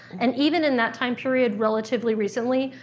and even in that time period, relatively recently,